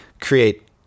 create